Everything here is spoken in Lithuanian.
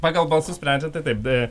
pagal balsus sprendžia tai taip